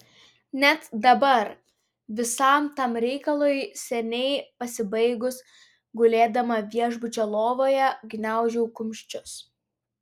net dabar visam tam reikalui seniai pasibaigus gulėdama viešbučio lovoje gniaužau kumščius